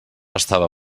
estava